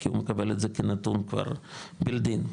כי הוא מקבל את זה כנתון כבר בילד אין,